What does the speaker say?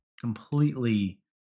completely